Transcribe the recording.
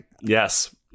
Yes